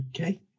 Okay